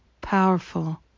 powerful